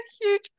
huge